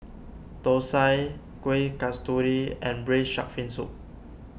Thosai Kuih Kasturi and Braised Shark Fin Soup